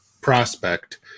prospect